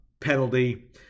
penalty